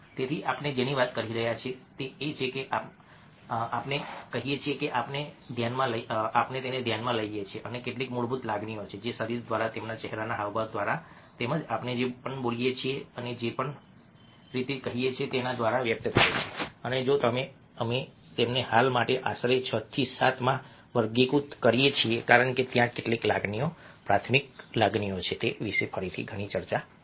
તેથી આપણે જેની વાત કરી રહ્યા છીએ તે એ છે કે આપણે કહીએ છીએ કે આપણે ધ્યાનમાં લઈએ છીએ કે કેટલીક મૂળભૂત લાગણીઓ છે જે શરીર દ્વારા તેમજ ચહેરાના હાવભાવ દ્વારા તેમજ આપણે જે પણ બોલીએ છીએ અને જે રીતે કહીએ છીએ તેના દ્વારા વ્યક્ત થાય છે અને જો અમે તેમને હાલ માટે આશરે 6 અથવા 7 માં વર્ગીકૃત કરીએ છીએ કારણ કે ત્યાં કેટલી લાગણીઓ પ્રાથમિક લાગણીઓ છે તે વિશે ફરીથી ઘણી ચર્ચા છે